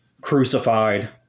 crucified